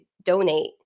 donate